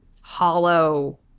hollow